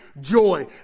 joy